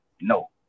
No